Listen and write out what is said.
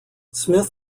smith